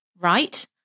Right